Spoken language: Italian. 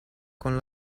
con